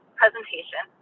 presentation